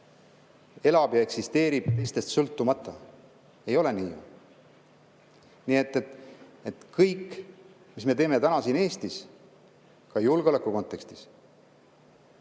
elab ja eksisteerib teistest sõltumata. Ei ole nii. Nii et kõik, mis me teeme täna siin Eestis, ka julgeoleku kontekstis,